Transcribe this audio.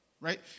right